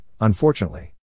unfortunately